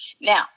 Now